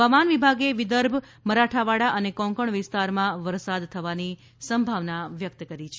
હવામાન વિભાગે વિદર્ભ મરાઠવાડા અને કોકણ વિસ્તારમાં વરસાદ થવાની સંભાવના વ્યક્ત કરી છે